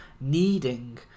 needing